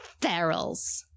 ferals